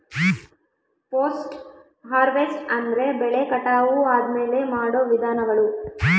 post harvest ಅಂದ್ರೆ ಬೆಳೆ ಕಟಾವು ಆದ್ಮೇಲೆ ಮಾಡೋ ವಿಧಾನಗಳು